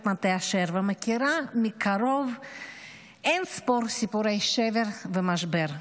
מטה אשר ומכירה מקרוב אין-ספור סיפורי שבר ומשבר.